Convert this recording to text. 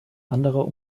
anderer